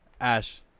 Ash